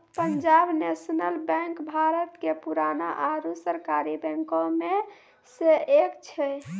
Punjab national bank Bharat के पुराना आरु सरकारी बैंको मे से एक छै